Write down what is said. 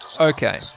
okay